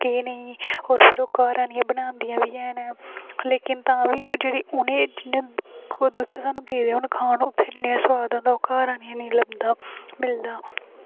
की केह् नेईं होर ओह् घर आनियै बनांदियां बी हैन लेकिन तां बी उनें जेह्ड़े उत्थें सोआद आंदा ओह् स्हानू आनियै नेईं आंदा मिलदा